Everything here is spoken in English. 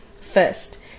First